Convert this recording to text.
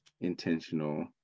intentional